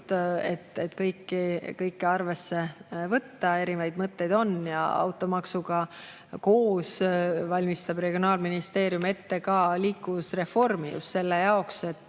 et kõike arvesse võtta, erinevaid mõtteid on. Automaksuga koos valmistab regionaalministeerium ette ka liikuvusreformi, just selle jaoks, et